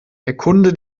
erkunde